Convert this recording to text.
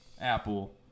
Apple